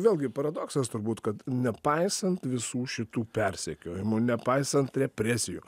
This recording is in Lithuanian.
vėlgi paradoksas turbūt kad nepaisant visų šitų persekiojimų nepaisant represijų